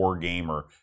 gamer